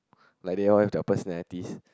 like they all have their personalities